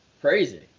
Crazy